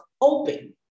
open